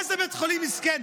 איזה בית חולים מסכן,